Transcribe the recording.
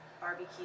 barbecue